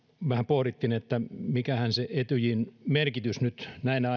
vähän pohdittiin että mikähän se etyjin merkitys nyt näinä